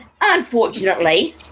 unfortunately